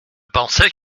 pensais